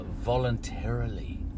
voluntarily